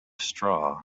straw